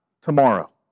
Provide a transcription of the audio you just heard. tomorrow